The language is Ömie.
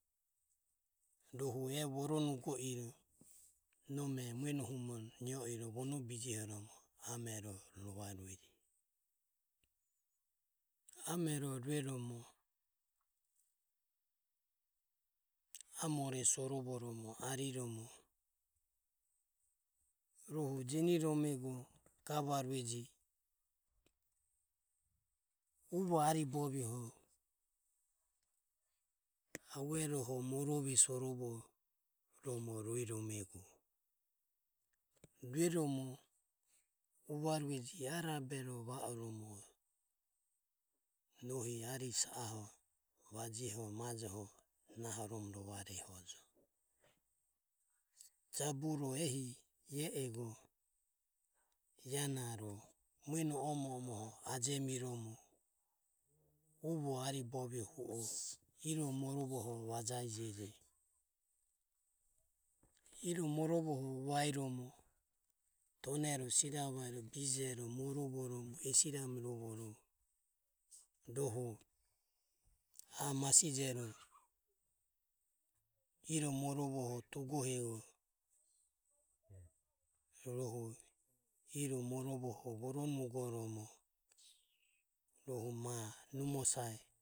Rohu e voronugo iro nome mueno humo nio iro vono bijiohoromo rohu amero rovarueje. amero rueromo amore sorovoromo ariromo rohu jeniromego rohu gavarueje uvo aribovioho avueroho morove sorovoromo rue romego, rueromo uvarueje ae rabero va oromo nohi ari sa a ho vajeho majoho nahoromo rovarehojo jaburo ehi ego ia naro mueno omo omo ho ajemiromo uvo aribovio hu o iro morovoho vajajeji. iromorovoho vaeromo tonero, siravaero, bijero morovoromo esirami rovoromo rohu ae masijero iromorovoho tugohego rohu iromorovoho voronugoromo rohu ma numosae